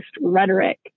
rhetoric